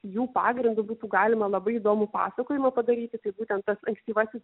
jų pagrindu būtų galima labai įdomų pasakojimą padaryti tai būtent tas ankstyvasis